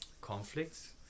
conflicts